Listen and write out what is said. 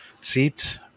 seats